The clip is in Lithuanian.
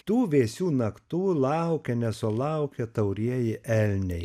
tų vėsių naktų laukia nesulaukia taurieji elniai